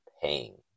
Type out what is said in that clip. paying